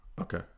Okay